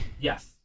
Yes